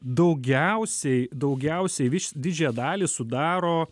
daugiausiai daugiausiai viš didžiąją dalį sudaro